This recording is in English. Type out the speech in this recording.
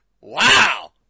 Wow